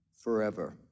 forever